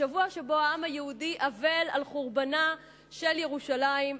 בשבוע שבו העם היהודי אבל על חורבנה של ירושלים,